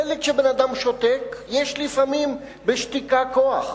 מילא, כשבן-אדם שותק, יש לפעמים בשתיקה כוח.